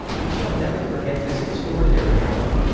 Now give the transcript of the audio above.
we shall never forget this extraordinary hour.